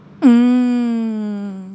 mm